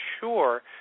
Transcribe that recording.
sure